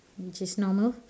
which is normal